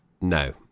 no